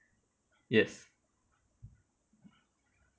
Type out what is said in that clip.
yes